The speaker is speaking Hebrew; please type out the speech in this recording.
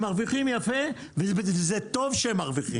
הם מרוויחים יפה וזה טוב שהם מרוויחים.